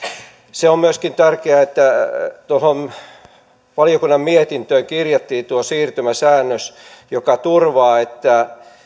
se on myöskin tärkeää että valiokunnan mietintöön kirjattiin tuo siirtymäsäännös joka turvaa että